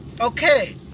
okay